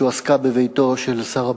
שהועסקה בביתו של שר הביטחון.